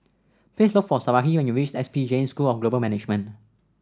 please look for Sarahi when you reach S P Jain School of Global Management